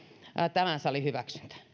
tämän salin hyväksyntä